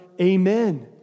Amen